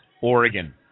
Oregon